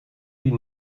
die